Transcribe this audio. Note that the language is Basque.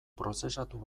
prozesatu